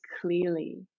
clearly